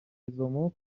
زمخت